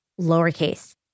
lowercase